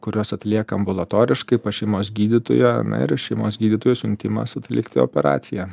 kuriuos atlieka ambulatoriškai pas šeimos gydytoją ir šeimos gydytojo siuntimas atlikti operaciją